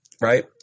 right